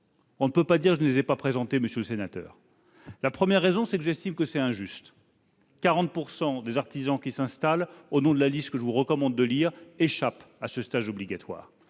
en revanche, que je ne les ai pas présentées, monsieur le sénateur. Première raison : j'estime que ce dispositif est injuste- 40 % des artisans qui s'installent, au nom de la liste que je vous recommande de lire, échappent à ce stage obligatoire.